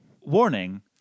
Warning